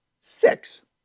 six